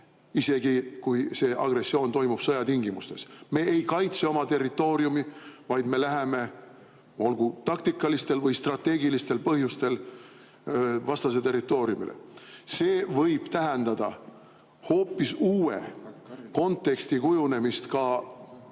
isegi kui see agressioon toimub sõjatingimustes. Me ei kaitse oma territooriumi, vaid me läheme, olgu taktikalistel või strateegilistel põhjustel, vastase territooriumile. See võib tähendada hoopis uue konteksti kujunemist ka